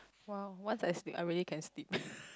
!wow! once I sleep I really can sleep